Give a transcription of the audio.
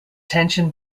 tension